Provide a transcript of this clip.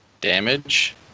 damage